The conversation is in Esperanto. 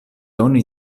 oni